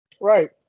Right